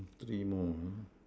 three more uh